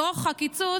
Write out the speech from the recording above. בתוך הקיצוץ,